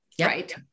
Right